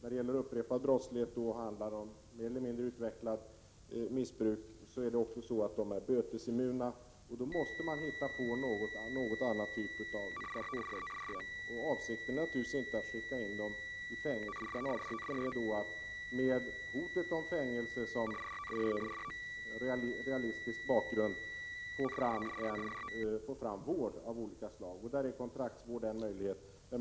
Vid upprepad brottslighet handlar det mer eller mindre om utvecklat missbruk och dessa missbrukare är bötesimmuna. Då måste en annan typ av påföljdssystem skapas. Avsikten är naturligtvis inte att sätta dessa missbrukare i fängelse utan att med hotet om fängelse som en realistisk bakgrund ge dem vård av något slag. Kontraktsvård är en möjlighet.